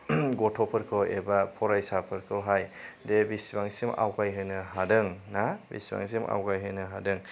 गथ'फोरखौ एबा फरायसाफोरखौहाय दे बेसेबांसिम आवगाय होनो हादों ना बेसेबांसिम आवगाय होनो हादों